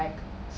like